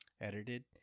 edited